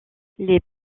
les